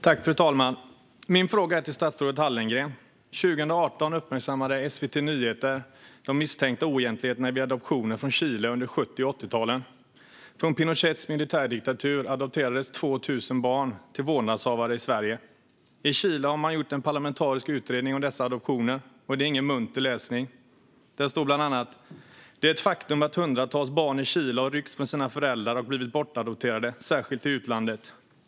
Fru talman! Min fråga går till statsrådet Hallengren. År 2018 uppmärksammade SVT Nyheter de misstänkta oegentligheterna vid adoptioner från Chile under 1970 och 1980-talen. Från Pinochets militärdiktatur adopterades 2 000 barn till vårdnadshavare i Sverige. I Chile har man gjort en parlamentarisk utredning av dessa adoptioner, och det är ingen munter läsning. Där står bland annat: Det är ett faktum att hundratals barn i Chile har ryckts från sina föräldrar och blivit bortadopterade, särskilt till utlandet.